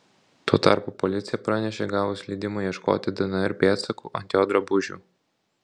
tuo tarpu policija pranešė gavus leidimą ieškoti dnr pėdsakų ant jo drabužių